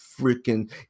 freaking